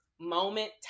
moment